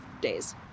days